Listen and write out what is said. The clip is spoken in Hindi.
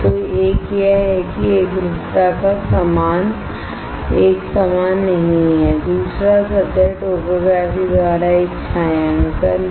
तो एक यह है कि एकरूपता एक समान नहीं है दूसरा सतह टोपोग्राफी द्वारा एक छायांकन है